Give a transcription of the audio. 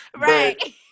right